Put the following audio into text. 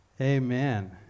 Amen